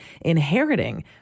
inheriting